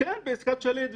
כן, בעסקת שליט.